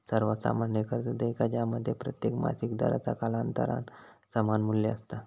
सर्वात सामान्य कर्ज देयका ज्यामध्ये प्रत्येक मासिक दराचा कालांतरान समान मू्ल्य असता